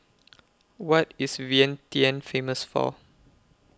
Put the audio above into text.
What IS Vientiane Famous For